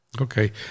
Okay